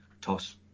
toss